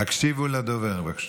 הקשיבו לדובר, בבקשה.